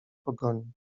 pogoni